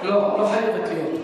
לא, לא חייבת להיות.